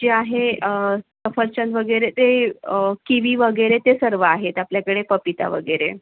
जे आहे सफरचंद वगैरे ते किवी वगैरे ते सर्व आहेत आपल्याकडे पपिता वगैरे